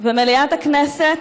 ומליאת הכנסת,